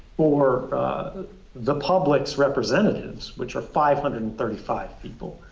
for the public's representatives, which are five hundred and thirty five people.